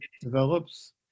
develops